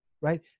right